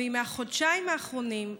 היא מהחודשיים האחרונים,